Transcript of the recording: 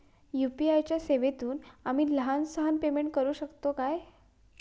UPI च्या सेवेतून आम्ही लहान सहान पेमेंट करू शकतू काय?